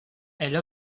elle